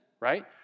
right